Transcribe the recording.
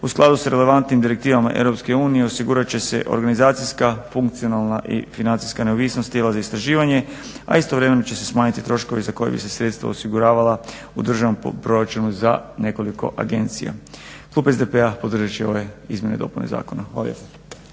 u skladu sa relevantnim direktivama EU osigurat će se organizacijska, funkcionalna i financijska neovisnost tijela za istraživanje, a istovremeno će se smanjiti troškovi za koje bi se sredstva osiguravala u državnom proračunu za nekoliko agencija. Klub SDP-a podržat će ove izmjene i dopune zakona.